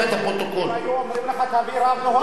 אדוני היושב-ראש.